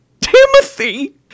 Timothy